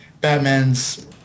Batman's